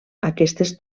aquestes